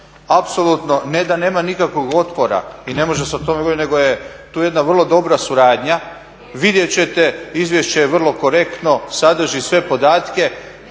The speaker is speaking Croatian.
apsolutno, ne da nema nikakvog otpora i ne može se o tome govorit nego je tu jedna vrlo dobra suradnja. Vidjet ćete, izvješće je vrlo korektno, sadrži sve podatke,